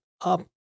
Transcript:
up